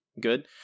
good